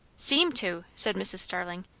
seem to, said mrs. starling.